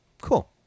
Cool